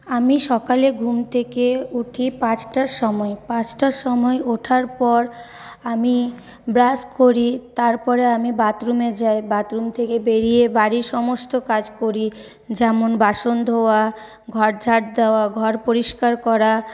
আমি সকালে ঘুম থেকে উঠি পাঁচটার সময় পাঁচটার সময় ওঠার পর আমি ব্রাশ করি তারপরে আমি বাথরুমে যাই বাথরুম থেকে বেরিয়ে বাড়ির সমস্ত কাজ করি যেমন বাসন ধোয়া ঘর ঝাঁট দেওয়া ঘর পরিষ্কার করা